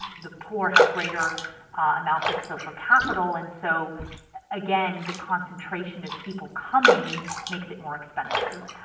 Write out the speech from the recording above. the poor have greater amounts of social capital, and so again the concentration of people coming makes it more expensive.